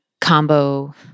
combo